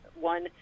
one